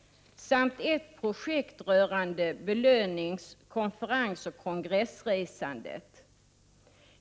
1988/89:91 projekt rörande belönings-, konferensoch kongressresandet.